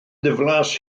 ddiflas